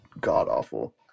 god-awful